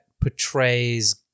portrays